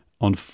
on